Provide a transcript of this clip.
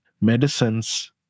Medicines